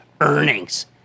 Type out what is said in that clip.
earnings